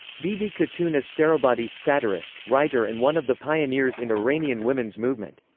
bibi khatoon astarabadi satirist, writer and one of the pioneers in iranian women's movement.